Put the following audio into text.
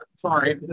Sorry